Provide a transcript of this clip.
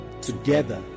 Together